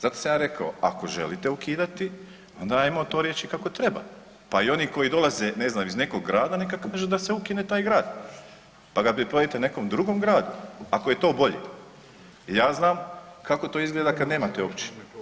Zato sam ja rekao, ako želite ukidati onda ajmo to reći kako treba, pa i oni koji dolaze ne znam iz nekog grada neka kažu da se ukine taj grad pa ga pripojite nekom drugom gradu ako je to bolje jer ja znam kako to izgleda kad nemate općinu.